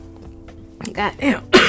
goddamn